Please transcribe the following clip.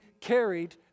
carried